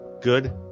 good